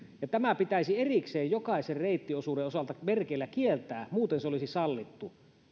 tämä pitäisi erikseen jokaisen reittiosuuden osalta merkeillä kieltää muuten se olisi sallittu